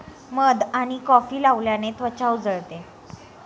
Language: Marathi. मध आणि कॉफी लावल्याने त्वचा उजळते